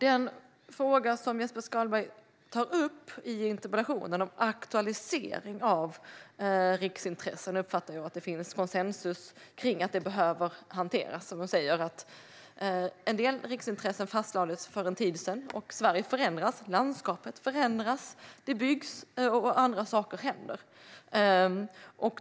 Jag uppfattar att det finns konsensus i frågan om aktualisering av riksintressen, som Jesper Skalberg Karlsson tog upp i interpellationen. Detta behöver hanteras. En del riksintressen fastlades för en tid sedan. Sverige förändras; landskapet förändras. Det byggs, och andra saker händer.